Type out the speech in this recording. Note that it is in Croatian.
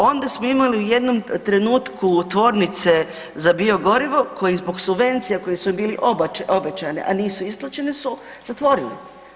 Onda smo imali u jednom trenutku tvornice za biogorive koje zbog subvencija koje su im bile obećane, a nisu isplaćene su zatvorile.